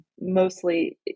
mostly